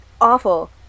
awful